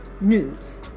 news